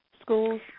schools